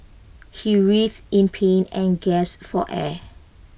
he writhed in pain and gasped for air